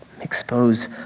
expose